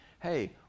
hey